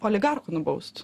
oligarchų nubaust